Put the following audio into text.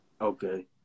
Okay